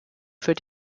für